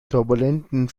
turbulenten